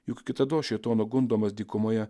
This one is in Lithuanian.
juk kitados šėtono gundomas dykumoje